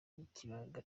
y’ikibagarira